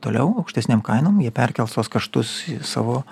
toliau aukštesnėm kainom jie perkels tuos kaštus savo